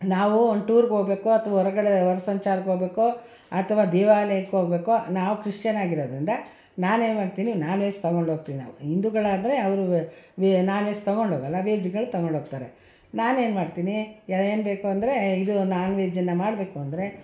ನಾವು ಒಂದು ಟೂರಿಗೆ ಹೋಗ್ಬೇಕೋ ಅಥವಾ ಹೊರಗಡೆ ಹೊರ ಸಂಚಾರಕ್ಕೆ ಹೋಗ್ಬೇಕೋ ಅಥವಾ ದೇವಾಲಯಕ್ಕೆ ಹೋಗ್ಬೇಕು ನಾವು ಕ್ರಿಶ್ಚನ್ ಆಗಿರೋದರಿಂದ ನಾವೇನು ಮಾಡ್ತೀವಿ ನಾನ್ ವೆಜ್ ತೊಗೊಂಡು ಹೋಗ್ತೀವಿ ನಾವು ಹಿಂದೂಗಳಾದ್ರೆ ಅವರು ನಾನ್ ವೆಜ್ ತೊಗೊಂಡು ಹೋಗೋಲ್ಲ ವೆಜ್ಗಳು ತೊಗೊಂಡು ಹೋಗ್ತಾರೆ ನಾನೇನು ಮಾಡ್ತೀನಿ ಏನು ಬೇಕು ಅಂದರೆ ಇದು ನಾನ್ ವೆಜ್ಜನ್ನ ಮಾಡಬೇಕು ಅಂದರೆ